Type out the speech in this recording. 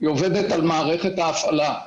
היא עובדת על מערכת ההפעלה.